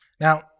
Now